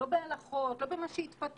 לא בהלכות, לא במה שהתפתח,